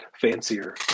fancier